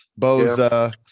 Boza